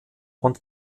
und